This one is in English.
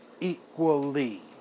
equally